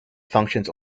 functions